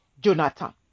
Jonathan